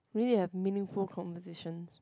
really have meaningful conversations